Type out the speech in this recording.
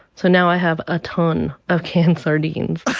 so now i have a ton of canned sardines.